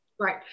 Right